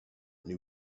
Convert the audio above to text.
new